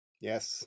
Yes